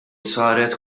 saret